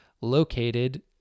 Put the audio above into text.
located